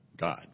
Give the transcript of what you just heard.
God